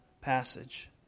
passage